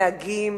נהגים